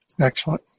Excellent